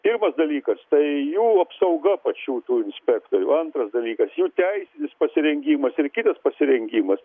pirmas dalykas tai jų apsauga pačių tų inspektorių antras dalykas jų teisinis pasirengimas ir kitas pasirengimas